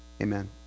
Amen